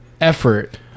effort